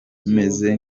meze